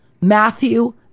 Matthew